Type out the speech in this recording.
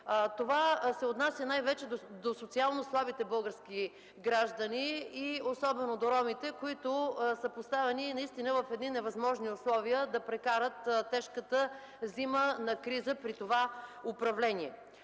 Това се отнася най-вече за социално слабите български граждани, особено до ромите, които са поставени в невъзможни условия да прекарат тежката зима на криза при това управление.